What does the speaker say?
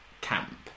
camp